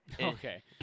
Okay